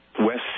West